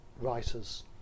writers